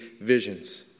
visions